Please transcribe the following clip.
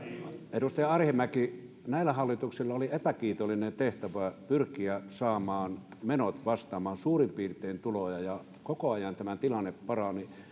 edustaja arhinmäki näillä hallituksilla oli epäkiitollinen tehtävä pyrkiä saamaan menot vastaamaan suurin piirtein tuloja koko ajan tämä tilanne parani ja